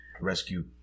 rescue